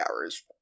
hours